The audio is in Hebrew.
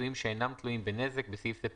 פיצויים שאינם תלויים בנזק (בסעיף זה,